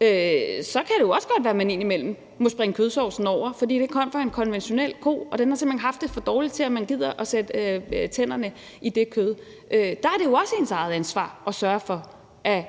har haft det godt, at man indimellem måtte springe kødsovsen over, fordi det kom fra en konventionel ko og den simpelt hen havde haft det for dårligt til, at man gad sætte tænderne i det kød. Der er det jo også ens eget ansvar at sørge for at